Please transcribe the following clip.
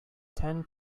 tend